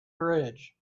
bridge